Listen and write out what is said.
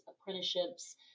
apprenticeships